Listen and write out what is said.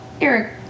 Eric